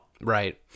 Right